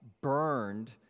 burned